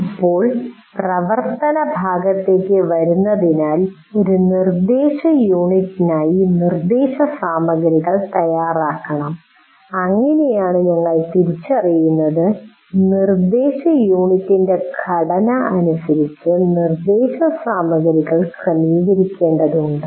ഇപ്പോൾ പ്രവർത്തന ഭാഗത്തേക്ക് വരുന്നതിനാൽ ഒരു നിർദ്ദേശ യൂണിറ്റിനായി നിർദ്ദേശസാമഗ്രികൾ തയ്യാറാക്കണം അങ്ങനെയാണ് ഞങ്ങൾ തിരിച്ചറിയുന്നത് നിർദ്ദേശയൂണിറ്റിന്റെ ഘടന അനുസരിച്ച് നിർദ്ദേശസാമഗ്രികൾ ക്രമീകരിക്കേണ്ടതുണ്ട്